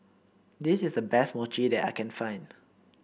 this is the best Mochi that I can find